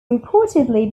reportedly